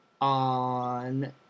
on